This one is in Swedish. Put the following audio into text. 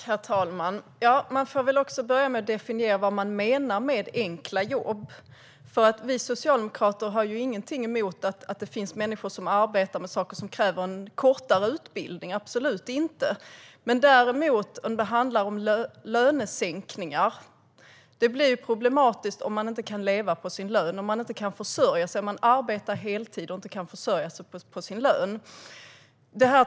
Herr talman! Man får väl börja med att tala om vad man menar med enkla jobb. Vi socialdemokrater har ingenting emot att människor arbetar med sådant som kräver en kortare utbildning, absolut inte, däremot om det handlar om lönesänkningar. Det blir ju problematiskt om de arbetar heltid och inte kan försörja sig på sin lön.